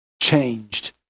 changed